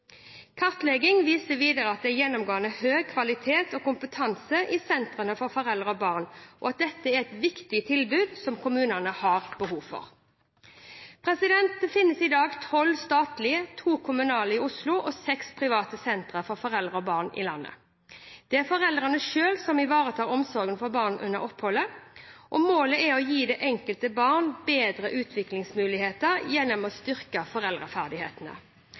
videre at det er gjennomgående høy kvalitet og kompetanse i sentrene for foreldre og barn, og at dette er et viktig tilbud, som kommunene har behov for. Det finnes i dag tolv statlige, to kommunale i Oslo og seks private sentre for foreldre og barn i landet. Det er foreldrene selv som ivaretar omsorgen for barnet under oppholdet. Målet er å gi det enkelte barn bedre utviklingsmuligheter gjennom å styrke foreldreferdighetene.